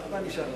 עולה?